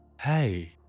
hey